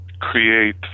create